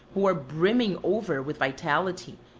who are brimming over with vitality,